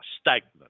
stagnant